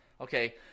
Okay